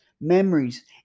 memories